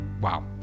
Wow